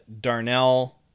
Darnell